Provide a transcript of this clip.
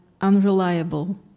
unreliable